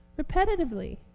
repetitively